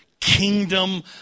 Kingdom